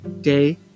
Day